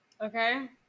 Okay